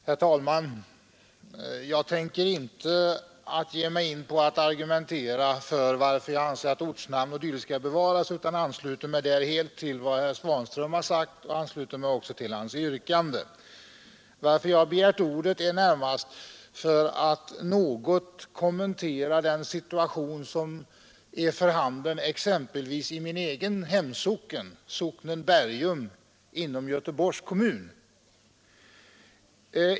Herr talman! Jag tänker inte ge mig in på att argumentera för att ortnamn o. d. skall bevaras. Jag ansluter mig där helt till vad herr Svanström sagt. Jag ansluter mig också till hans yrkande. Jag har begärt ordet närmast för att något kommentera den situation som är för handen exempelvis i min egen hemsocken, socknen Bergum inom Göteborgs kommun.